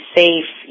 safe